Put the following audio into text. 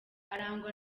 arangwa